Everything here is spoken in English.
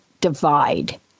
divide